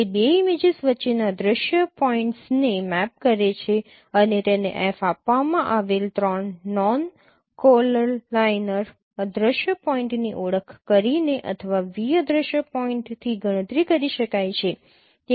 તે બે ઇમેજીસ વચ્ચેના અદ્રશ્ય પોઇન્ટ્સને મેપ કરે છે અને તેને F આપવામાં આવેલ ત્રણ નોનકોલલાઇનર અદ્રશ્ય પોઇન્ટ્સની ઓળખ કરીને અથવા v અદ્રશ્ય પોઇન્ટ્સથી ગણતરી કરી શકાય છે